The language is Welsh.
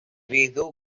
feddw